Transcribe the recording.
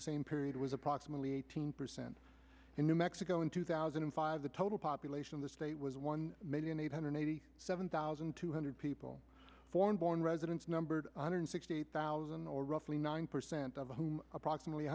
the same period was approximately eighteen percent in new mexico in two thousand and five the total population of the state was one million eight hundred eighty seven thousand two hundred people foreign born residents numbered one hundred sixty thousand or roughly nine percent of whom approximately